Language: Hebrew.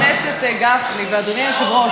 חבר הכנסת גפני ואדוני היושב-ראש,